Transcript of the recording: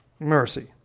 mercy